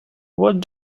what